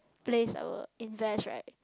place I will invest right